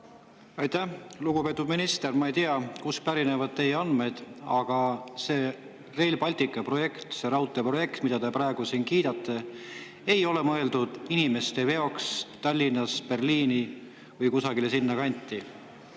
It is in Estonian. Aitäh! Lugupeetud minister! Ma ei tea, kust pärinevad teie andmed, aga Rail Balticu projekt, see raudteeprojekt, mida te praegu siin kiidate, ei ole mõeldud inimeste veoks Tallinnast Berliini või kusagile sinna kanti.